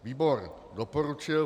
Výbor doporučil